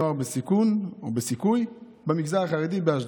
נוער בסיכון, או בסיכוי, במגזר החרדי באשדוד.